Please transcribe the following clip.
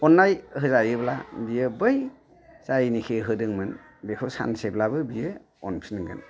अन्नाय होजायोब्ला बियो बै जायनाखि होदोंमोन बिखौ सानसेब्लाबो बियो अनफिनगोन